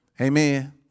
Amen